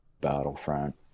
battlefront